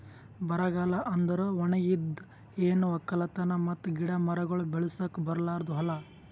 ಬರಗಾಲ ಅಂದುರ್ ಒಣಗಿದ್, ಏನು ಒಕ್ಕಲತನ ಮತ್ತ ಗಿಡ ಮರಗೊಳ್ ಬೆಳಸುಕ್ ಬರಲಾರ್ದು ಹೂಲಾ